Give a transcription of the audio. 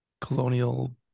colonial